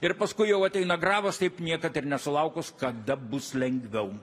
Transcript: ir paskui jau ateina grabas taip niekad ir nesulaukus kada bus lengviau